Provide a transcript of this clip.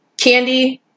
candy